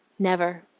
never.